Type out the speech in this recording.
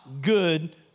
good